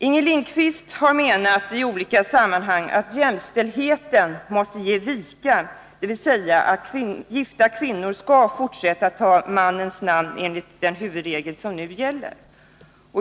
Inger Lindquist har i olika sammanhang menat att jämställdheten måste ge vika, dvs. att gifta kvinnor skall fortsätta att ta mannens namn enligt den huvudregel som nu gäller.